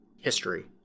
history